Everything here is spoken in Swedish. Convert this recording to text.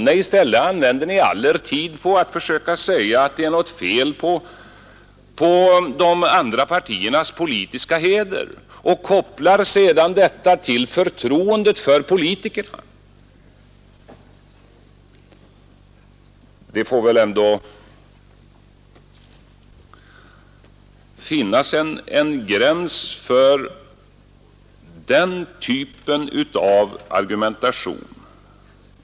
Nej, i stället använder ni all er tid för att försöka säga att det är något fel på de andra partiernas politiska heder och kopplar sedan detta till förtroendet för politikerna. Det får väl ändå finnas en gräns för den typen av argumentation.